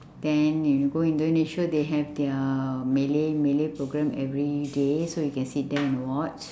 then you go indonesia they have their malay malay program every day so you can sit there and watch